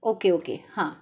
okay okay हां